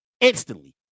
instantly